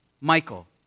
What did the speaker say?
Michael